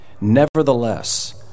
Nevertheless